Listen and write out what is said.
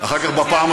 אבל לא עד כדי כך,